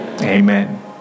Amen